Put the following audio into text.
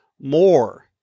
more